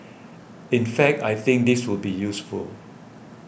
in fact I think this will be useful